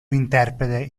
interprete